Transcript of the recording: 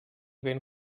ben